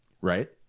right